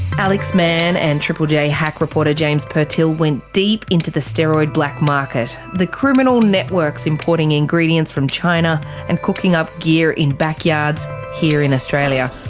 alex mann and triple j hack reporter james purtill went deep into the steroid black market, the criminal networks importing ingredients from china and cooking up gear in backyards here in australia.